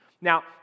Now